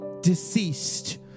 deceased